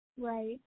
Right